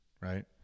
right